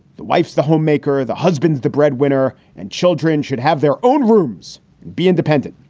the wife's the homemaker, the husband's the breadwinner, and children should have their own rooms be independent.